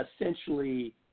essentially